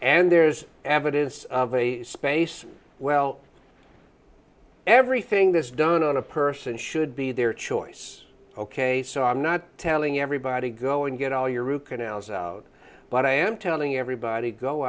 and there's evidence of a space well everything this done on a person should be their choice ok so i'm not telling everybody go and get all your root canals but i am telling everybody go